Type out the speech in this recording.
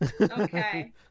okay